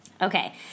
Okay